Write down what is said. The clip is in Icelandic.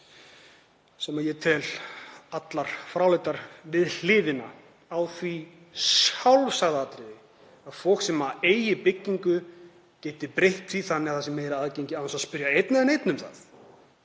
sem ég tel allar fráleitar, við hliðina á því sjálfsagða atriði að fólk sem á byggingu geti breytt henni þannig að það sé betra aðgengi án þess að spyrja einn eða neinn um það,